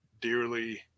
dearly